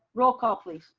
roll call please.